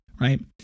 Right